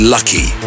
Lucky